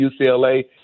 UCLA